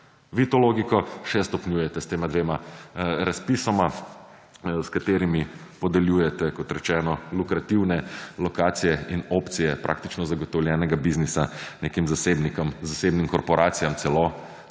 vi to logiko še stopnjujeta s tema dvema razpisoma s katerimi podeljujete, kot rečeno, lukrativne lokacije in opcije praktično zagotovljenega biznisa nekim zasebnikom, zasebnim korporacijam celo